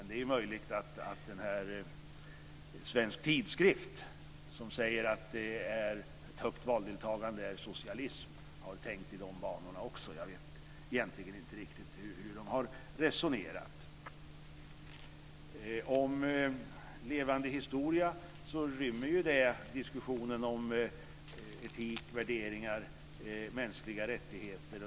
Det är möjligt att man på Svensk Tidskrift, som skriver att ett högt valdeltagande är socialism, har tänkt i de banorna. Jag vet inte riktigt hur man har resonerat. Forum för levande historia inrymmer diskussionen om etik, värderingar, mänskliga rättigheter.